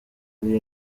ari